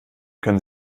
können